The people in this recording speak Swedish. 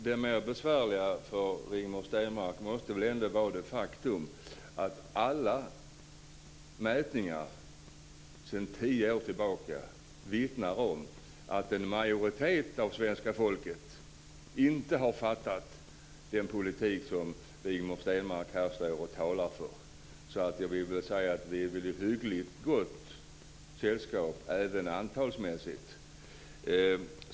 Det mer besvärliga för Rigmor Stenmark måste väl ändå vara det faktum att alla mätningar sedan tio år tillbaka vittnar om att en majoritet av svenska folket inte har fattat den politik som Rigmor Stenmark här står och talar för. Så jag vill säga att vi är i hyggligt gott sällskap även antalsmässigt.